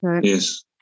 Yes